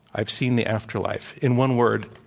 i've seen the afterlife. in one word,